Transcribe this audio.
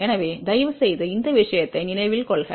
எனவே தயவுசெய்து இந்த விஷயத்தை நினைவில் கொள்க